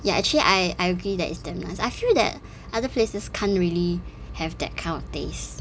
ya actually I I agree that it's damn nice I feel that other places can't really have that kind of taste